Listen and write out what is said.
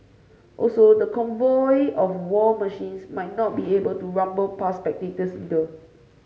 also the convoy of war machines might not be able to rumble past spectators either